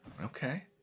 okay